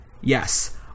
Yes